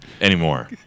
anymore